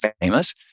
famous